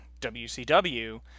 WCW